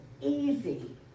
easy